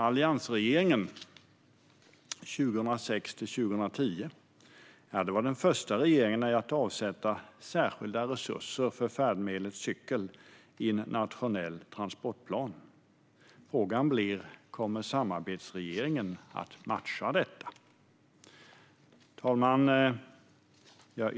Alliansregeringen var den första regeringen att avsätta särskilda resurser till färdmedlet cykel i en nationell transportplan, vilket den gjorde 2006-2010. Frågan är om samarbetsregeringen kommer att matcha detta. Fru talman!